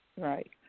Right